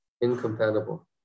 incompatible